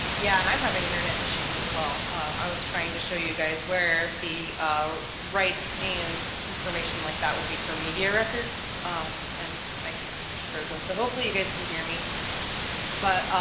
yeah, and i'm having internet issues as well i was trying to show you guys where the rights, and information like that would be for media records um and my computer's frozen. so hopefully you guys can hear me but